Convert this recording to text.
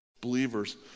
Believers